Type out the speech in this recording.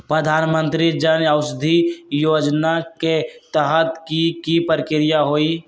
प्रधानमंत्री जन औषधि योजना के तहत की की प्रक्रिया होई?